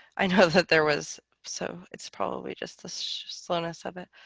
i know that there was so it's probably just the so slowness of it